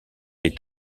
est